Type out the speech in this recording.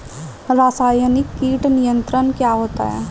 रसायनिक कीट नियंत्रण क्या होता है?